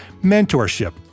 mentorship